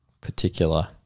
particular